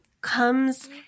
comes